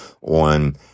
on